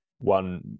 one